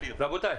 רבותיי,